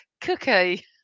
Cookie